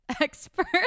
experts